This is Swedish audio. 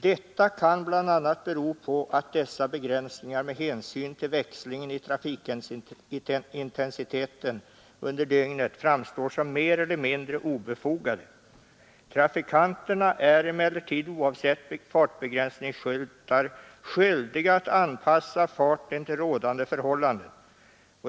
Detta kan bl.a. bero på att dessa begränsningar med hänsyn till växlingen i trafikintensiteten under dygnet framstår som mer eller mindre obefogade. Trafikan terna är emellertid oavsett fartbegränsningsskyltar skyldiga att anpassa farten till rådande förhållanden.